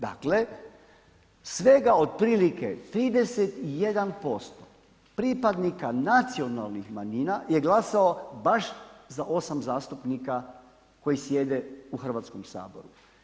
Dakle, svega otprilike 31% pripadnika nacionalnih manjina je glasalo baš za 8 zastupnika koji sjede u Hrvatskom saboru.